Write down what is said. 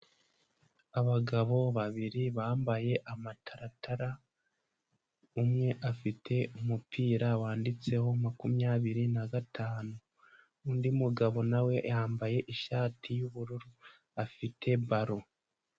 Abagabo babiri bambaye amataratara, umwe afite umupira wanditseho makumyabiri na gatanu, undi mugabo na we yambaye ishati y'ubururu, afite baro.